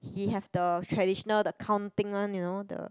he have the traditional the count thing one you know the